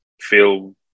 feel